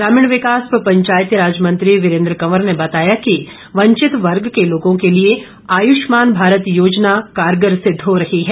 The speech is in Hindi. ग्रामीण विकास व पंचायती राज मंत्री वीरेंद्र कंवर ने बताया कि वंचित वर्ग के लोगों के लिए आयुष्मान भारत योजना कारगर सिद्ध हो रही है